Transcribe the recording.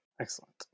Excellent